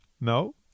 No